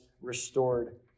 restored